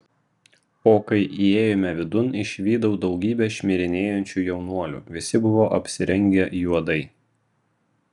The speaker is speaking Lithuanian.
o kai įėjome vidun išvydau daugybę šmirinėjančių jaunuolių visi buvo apsirengę juodai